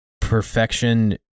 perfection